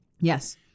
yes